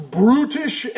brutish